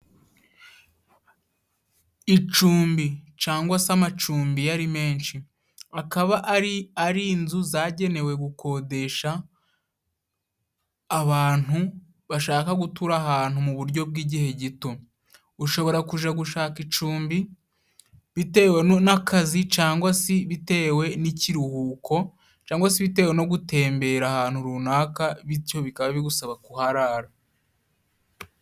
Icumbi cangwa se amacumbi iyo ari menshi, akaba ari ari inzu zagenewe gukodesh, abantu bashaka gutura ahantu mu buryo bw'igihe gito. Ushobora kuja gushaka icumbi bitewe n'akazi cangwa si bitewe n'ikiruhuko cangwa si bitewe no gutembera ahantu runaka, bityo bikaba bigusaba kuharara.